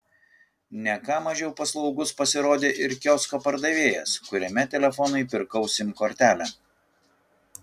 ne ką mažiau paslaugus pasirodė ir kiosko pardavėjas kuriame telefonui pirkau sim kortelę